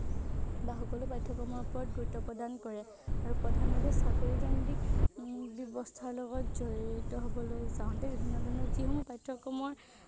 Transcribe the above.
বা সকলো পঠ্যক্ৰমৰ ওপৰত গুৰুত্ব প্ৰদান কৰে আৰু প্ৰধানভাৱে চাকৰিকেন্দ্ৰিক ব্যৱস্থাৰ লগত জড়িত হ'বলৈ যাওতে বিভিন্ন ধৰণৰ যিসমূহ পাঠ্যক্ৰমৰ